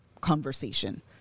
conversation